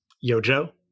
Yojo